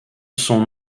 son